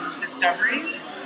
discoveries